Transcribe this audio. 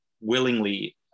willingly